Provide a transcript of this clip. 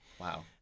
wow